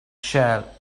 shell